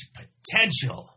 potential